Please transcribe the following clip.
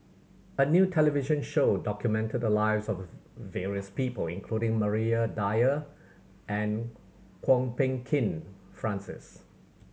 a new television show documented the lives of various people including Maria Dyer and Kwok Peng Kin Francis